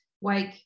wake